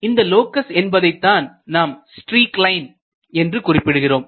இந்த லோக்கஸ் என்பதைத்தான் நாம் ஸ்ட்ரீக் லைன் என்று குறிப்பிடுகிறோம்